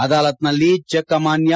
ಅದಾಲತ್ನಲ್ಲಿ cheque ಅಮಾನ್ಯ